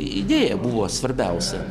idėja buvo svarbiausia